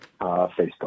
Facebook